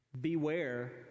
Beware